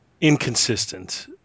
inconsistent